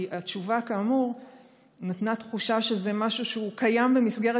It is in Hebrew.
כי התשובה כאמור נתנה תחושה שזה משהו שקיים במסגרת